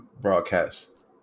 broadcast